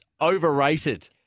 Overrated